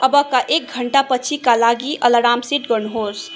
अबका एक घण्टा पछिका लागि अलार्म सेट गर्नु होस्